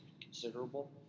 considerable